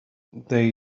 they